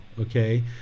Okay